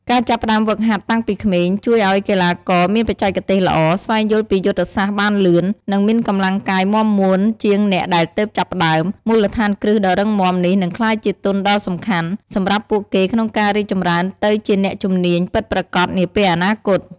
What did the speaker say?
ការចាប់ផ្ដើមហ្វឹកហាត់តាំងពីក្មេង ជួយឱ្យកីឡាករមានបច្ចេកទេសល្អ ស្វែងយល់ពីយុទ្ធសាស្ត្របានលឿន និងមានកម្លាំងកាយមាំមួនជាងអ្នកដែលទើបចាប់ផ្ដើម មូលដ្ឋានគ្រឹះដ៏រឹងមាំនេះនឹងក្លាយជាទុនដ៏សំខាន់ សម្រាប់ពួកគេក្នុងការរីកចម្រើនទៅជាអ្នកជំនាញពិតប្រាកដនាពេលអនាគត។